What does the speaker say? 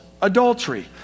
Adultery